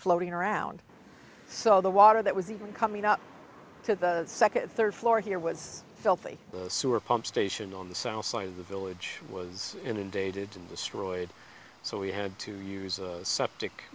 floating around so the water that was even coming up to the second third floor here was filthy the sewer pump station on the south side of the village was inundated and destroyed so we had to use a septic